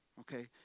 okay